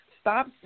stop